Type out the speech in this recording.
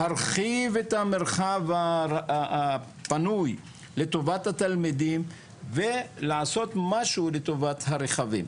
להרחיב את המרחב הפנוי לטובת התלמידים ולעשות משהו לטובת הרכבים.